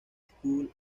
school